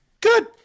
Good